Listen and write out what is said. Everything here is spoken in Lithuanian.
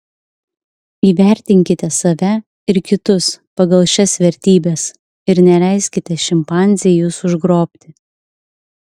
įvertinkite save ir kitus pagal šias vertybes ir neleiskite šimpanzei jus užgrobti